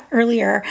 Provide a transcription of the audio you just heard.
earlier